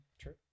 True